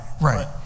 Right